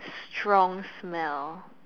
strong smell